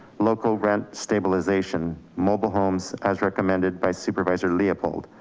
local rent stabilization, mobile homes as recommended by supervisor leopold.